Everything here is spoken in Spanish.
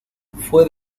fue